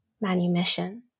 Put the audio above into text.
manumission